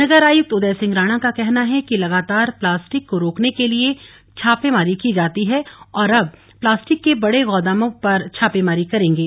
नगर आयुक्त उदय सिंह राणा का कहना है कि लगातार प्लास्टिक को रोकने के लिए छापेमारी की जाती है और अब प्लास्टिक के बड़े गोदामों पर छापेमारी करेंगे